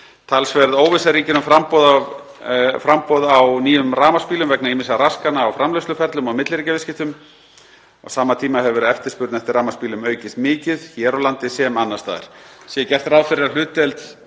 Talsverð óvissa ríkir um framboð á nýjum rafmagnsbílum vegna ýmissa raskana á framleiðsluferlum og milliríkjaviðskiptum. Á sama tíma hefur eftirspurn eftir rafmagnsbílum aukist mikið hér á landi sem annars staðar.